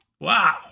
Wow